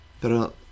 Pero